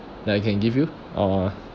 that I can give you uh